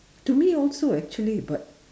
to me also actually but